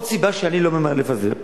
עוד סיבה שאני לא ממהר לפזר,